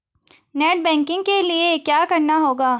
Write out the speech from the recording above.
Net banking के लिए क्या करना होगा?